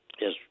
Yes